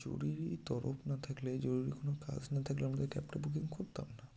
জরুরি তরফ না থাকলে জরুরি কোনো কাজ না থাকলে আমরা তো ক্যাবটা বুকিং করতাম না